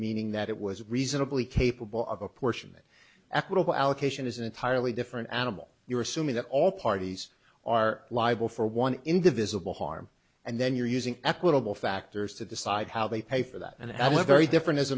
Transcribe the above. meaning that it was reasonably capable of apportionment equitable allocation is an entirely different animal you're assuming that all parties are liable for one in the visible harm and then you're using equitable factors to decide how they pay for that and l a very different as